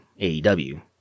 AEW